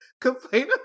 complain